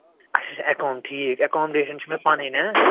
اَچھا اَچھا اٮ۪کام ٹھیٖک اٮ۪کامڈیٚشن چھِ مےٚ پنٕنۍ